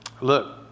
Look